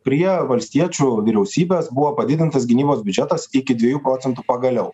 prie valstiečių vyriausybės buvo padidintas gynybos biudžetas iki dviejų procentų pagaliau